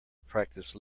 practice